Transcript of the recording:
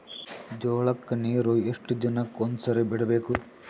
ಜೋಳ ಕ್ಕನೀರು ಎಷ್ಟ್ ದಿನಕ್ಕ ಒಂದ್ಸರಿ ಬಿಡಬೇಕು?